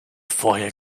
vorher